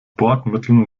bordmitteln